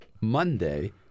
Monday